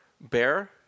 Bear